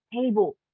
table